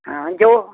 ਹਾਂ ਜੋ